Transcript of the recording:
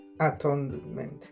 Atonement